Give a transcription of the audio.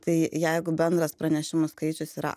tai jeigu bendras pranešimų skaičius yra